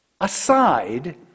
Aside